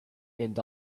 and